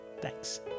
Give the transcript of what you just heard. Thanks